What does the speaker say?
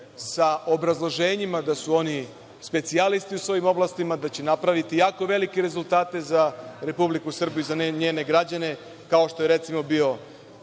sa obrazloženjima da su oni specijalisti u svojim oblastima, da će oni napraviti jako velike rezultate za Republiku Srbiju i za njene građane, kao što je recimo bio